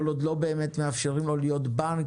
כל עוד לא מאפשרים לו להיות בנק,